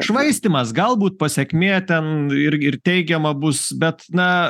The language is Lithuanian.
švaistymas galbūt pasekmė ten irgi ir teigiama bus bet na